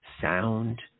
sound